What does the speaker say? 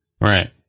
Right